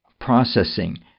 processing